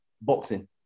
boxing